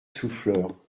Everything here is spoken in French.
souffleur